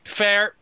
fair